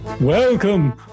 Welcome